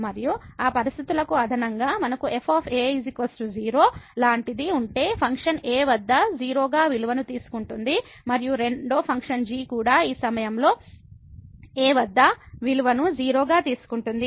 మరియు ఆ పరిస్థితులకు అదనంగా మనకు f 0 లాంటిది ఉంటే ఫంక్షన్ a వద్ద 0 గా విలువను తీసుకుంటుంది మరియు రెండవ ఫంక్షన్ g కూడా ఈ సమయంలో a వద్ద విలువను 0 గా తీసుకుంటుంది